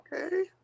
okay